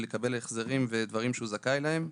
לקבל החזרים ודברים שהוא זכאי להם.